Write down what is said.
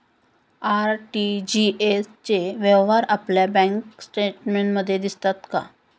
RTGS चे व्यवहार आपल्या बँक स्टेटमेंटमध्ये दिसतात का?